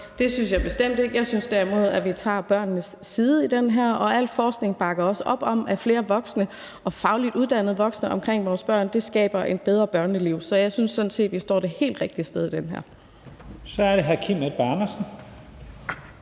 Det synes jeg bestemt ikke. Jeg synes derimod, at vi tager børnenes side i det her, og al forskning bakker også op om, at flere voksne og fagligt uddannede voksne omkring vores børn skaber et bedre børneliv. Så jeg synes sådan set, at vi står det helt rigtige sted i det her. Kl. 14:41 Første næstformand (Leif